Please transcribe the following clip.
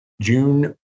June